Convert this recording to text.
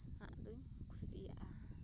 ᱦᱟᱸᱜ ᱫᱩᱧ ᱠᱩᱥᱤᱭᱟᱜᱼᱟ